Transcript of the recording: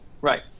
right